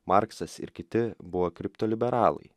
marksas ir kiti buvo kriptoliberalai